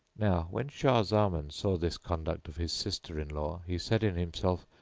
now, when shah zaman saw this conduct of his sister in law he said in himself,